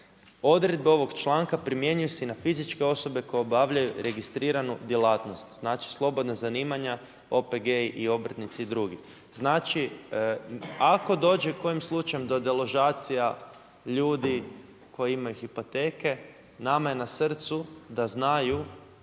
Odredbe ovog članka primjenjuju se i na fizičke osobe koje obavljaju registriranu djelatnost, znači slobodna zanimanja, OPG-i i obrtnici i drugi. Znači, ako dođe kojim slučajem do deložacija ljudi koji imaju hipoteke nama je na srcu da znaju